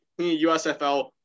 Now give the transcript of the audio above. USFL